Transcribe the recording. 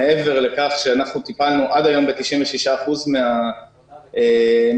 מעבר לכך שטיפלנו עד היום ב-96% מן החולים,